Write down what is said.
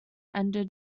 ended